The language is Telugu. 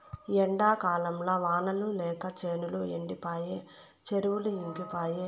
ఈ ఎండాకాలంల వానలు లేక చేనులు ఎండిపాయె చెరువులు ఇంకిపాయె